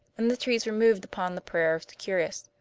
and the trees were moved upon the prayers of securis,